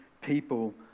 people